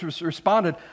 responded